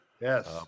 Yes